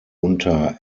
unter